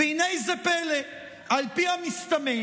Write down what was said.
והינה זה פלא, על פי המסתמן,